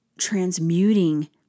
transmuting